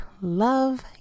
love